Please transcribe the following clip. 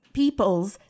people's